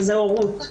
הורות.